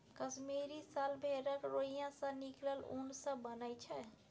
कश्मीरी साल भेड़क रोइयाँ सँ निकलल उन सँ बनय छै